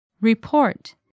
Report